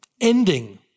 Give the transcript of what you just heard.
ending